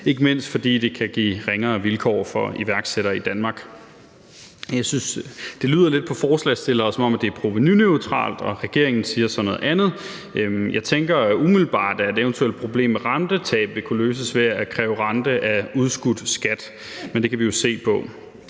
ikke mindst fordi det kan give ringere vilkår for iværksættere i Danmark. Jeg synes, det lyder lidt på forslagsstillerne, som om det er provenuneutralt, og regeringen siger så noget andet. Jeg tænker umiddelbart, at et eventuelt problem med rentetab vil kunne løses ved at kræve rente af udskudt skat. Men det kan vi jo se på.